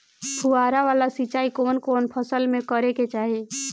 फुहारा वाला सिंचाई कवन कवन फसल में करके चाही?